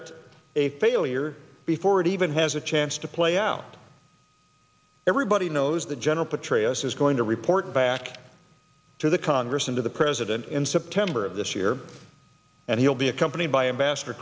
it a failure before it even has a chance to play out everybody knows that general petraeus is going to report back to the congress and to the president in september of this year and he'll be accompanied by ambas